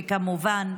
וכמובן,